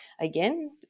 again